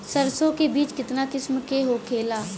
सरसो के बिज कितना किस्म के होखे ला?